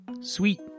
Sweet